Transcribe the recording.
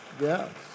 yes